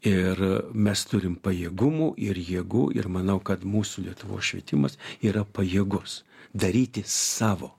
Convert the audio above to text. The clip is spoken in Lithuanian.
ir mes turim pajėgumų ir jėgų ir manau kad mūsų lietuvos švietimas yra pajėgus daryti savo